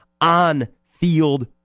on-field